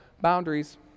boundaries